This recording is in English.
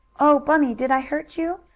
oh, bunny, did i hurt you?